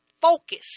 Focus